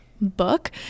book